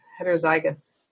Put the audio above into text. heterozygous